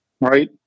right